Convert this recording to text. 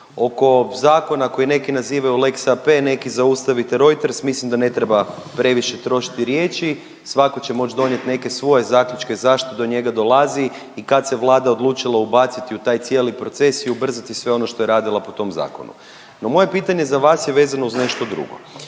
Oko zakona koji neki nazivaju lex AP, neki zaustavite Reuters mislim da ne treba previše trošiti riječi. Svatko će moći donijeti neke svoje zaključke zašto do njega dolazi i kad se Vlada odlučila ubaciti u taj cijeli proces i ubrzati sve ono što je radila po tom zakonu. No, moje pitanje za vas je vezano uz nešto drugo.